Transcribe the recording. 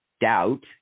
Doubt